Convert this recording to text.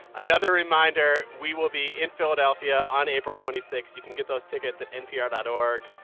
another reminder, we will be in philadelphia on april twenty six. you can get those tickets at npr dot org.